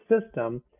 system